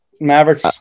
Mavericks